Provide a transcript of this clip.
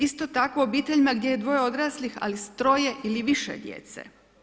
Isto tako obiteljima gdje je dvoje odraslih, ali s troje ili više djece.